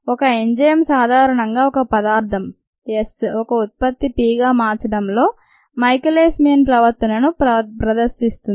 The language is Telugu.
ఒక ఎంజైమ్ సాధారణంగా ఒక పదార్థం S ఒక ఉత్పత్తి P గా మార్చడంలో మైఖేలీస్ మీన్ ప్రవర్తనను ప్రదర్శిస్తుంది